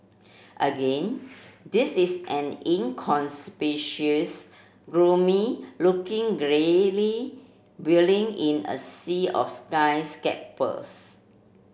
again this is an gloomy looking greyly building in a sea of skyscrapers